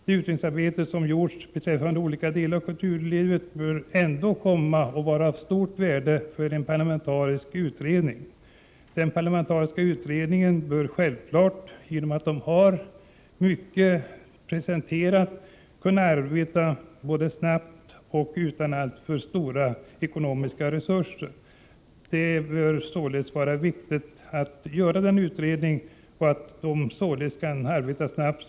Det utredningsarbete som gjorts beträffande olika delar av kulturlivet bör dock kunna bli av stort värde för en parlamentarisk utredning. En sådan utredning bör på grund av att mycket redan finns presenterat kunna arbeta både snabbt och utan alltför stora ekonomiska resurser. Som vi ser det är det viktigt att denna utredning kommer till stånd och att den arbetar snabbt.